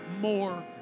more